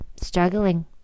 struggling